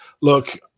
look